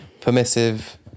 permissive